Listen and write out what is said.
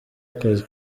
akazi